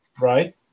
Right